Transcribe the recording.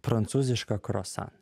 prancūzišką kruasaną